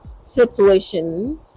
situation